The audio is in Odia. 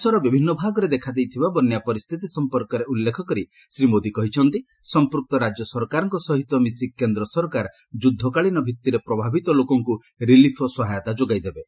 ଦେଶର ବିଭିନ୍ନ ଭାଗରେ ଦେଖାଦେଇଥିବା ବନ୍ୟା ପରିସ୍ଥିତି ସମ୍ପର୍କରେ ଉଲ୍ଲେଖ କରି ଶ୍ରୀ ମୋଦି କହିଛନ୍ତି ସମ୍ପୁକ୍ତ ରାଜ୍ୟ ସରକାରଙ୍କ ସହିତ ମିଶି କେନ୍ଦ୍ର ସରକାର ଯୁଦ୍ଧକାଳୀନ ଭିତ୍ତରେ ପ୍ରଭାବିତ ଲୋକଙ୍କ ରିଲିଫ୍ ଓ ସହାୟତା ଯୋଗାଇ ଦେବେ